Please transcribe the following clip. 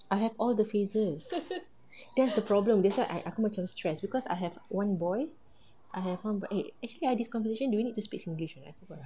I have all the phases that's the problem that's why I aku macam stressed because I have one boy I have one bo~ eh actually ah this conversation do we need to speak singlish or not